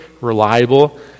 reliable